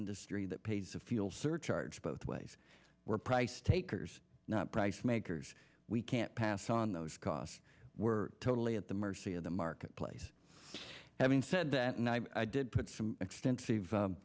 industry that pays a fuel surcharge both ways we're price takers not price makers we can't pass on those costs were totally at the mercy of the marketplace having said that and i did put some